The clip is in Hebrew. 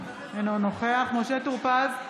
אינו נוכח משה טור פז,